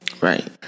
Right